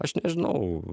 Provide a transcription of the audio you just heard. aš nežinau